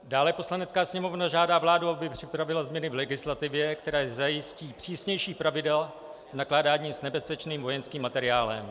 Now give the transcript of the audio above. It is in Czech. Dále Poslanecká sněmovna žádá vládu, aby připravila změny v legislativě, které zajistí přísnější pravidla nakládání s nebezpečným vojenským materiálem.